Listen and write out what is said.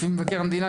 לפי מבקר המדינה,